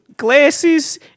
glasses